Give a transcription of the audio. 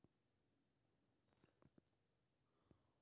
Sir account open ಮಾಡಾಕ ಎಷ್ಟು ರೊಕ್ಕ ಇಡಬೇಕ್ರಿ?